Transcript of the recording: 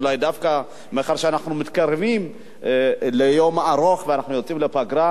אולי דווקא מאחר שאנחנו מתקרבים לסוף יום ארוך ואנחנו יוצאים לפגרה,